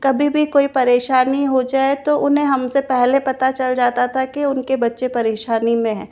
कभी भी कोई परेशानी हो जाए तो उन्हें हम से पहले पता चल जाता था कि उनके बच्चे परेशानी में हैं